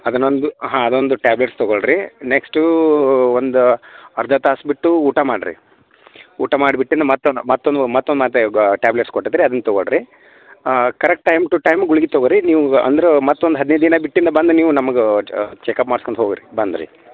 ಅದನ್ನೊಂದು ಹಾಂ ಅದೊಂದು ಟ್ಯಾಬ್ಲೆಟ್ಸ್ ತಗೋಳ್ರಿ ನೆಕ್ಸ್ಟೂ ಒಂದು ಅರ್ಧ ತಾಸು ಬಿಟ್ಟು ಊಟ ಮಾಡ್ರಿ ಊಟ ಮಾಡಿಬಿಟ್ಟಿನ್ನ ಮತ್ತನ್ನ ಮತ್ತೊಂದು ಮತ್ತೊಂದು ಮಾತ್ರೆ ಟ್ಯಾಬ್ಲೇಟ್ಸ್ ಕೊಟ್ಟಿದ್ದರೆ ಅದನ್ನ ತಗೋಳ್ರಿ ಹಾಂ ಕರೆಕ್ಟ್ ಟೈಮ್ ಟು ಟೈಮ್ ಗುಳ್ಗಿ ತಗೋರಿ ನೀವು ಅಂದ್ರೆ ಮತ್ತೊಂದು ಹದಿನೈದು ದಿನ ಬಿಟಿಂದ ಬಂದು ನೀವು ನಮಗೆ ಚೆಕ್ ಅಪ್ ಮಾಡಿಸ್ಕೊಂಡು ಹೋಗ್ರಿ ಬಂದು ರೀ